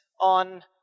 on